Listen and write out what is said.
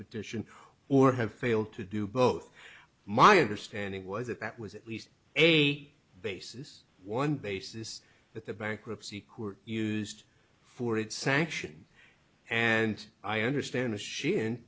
petition or have failed to do both my understanding was that that was at least eight basis one basis that the bankruptcy who are used for it sanction and i understand the sh